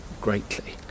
Greatly